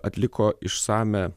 atliko išsamią